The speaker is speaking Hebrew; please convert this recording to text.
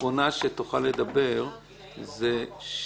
אחרונה שתוכל לדבר זאת ל'.